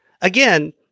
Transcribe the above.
Again